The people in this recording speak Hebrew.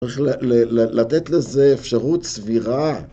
צריך לתת לזה אפשרות סבירה.